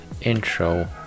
intro